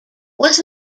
was